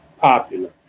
popular